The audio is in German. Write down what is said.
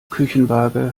küchenwaage